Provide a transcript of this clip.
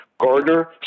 Gardner